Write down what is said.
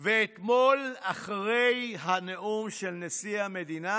ואתמול, אחרי הנאום של נשיא המדינה,